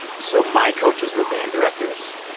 so my coaches were band directors.